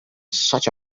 such